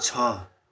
छ